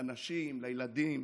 לנשים, לילדים,